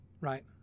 right